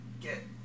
get